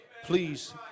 Please